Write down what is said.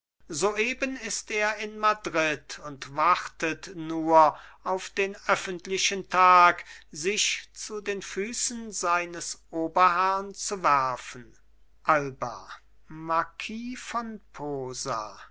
soeben ist er in madrid und wartet nur auf den öffentlichen tag sich zu den füßen seines oberherrn zu werfen alba marquis von posa